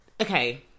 okay